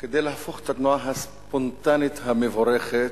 כדי להפוך את התנועה הספונטנית המבורכת